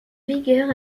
vigueur